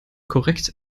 korrekt